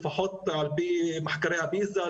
לפחות על פי מחקרי הפיז"ה,